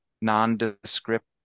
nondescript